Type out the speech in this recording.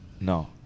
No